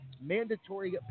mandatory